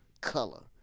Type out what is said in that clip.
color